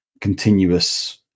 continuous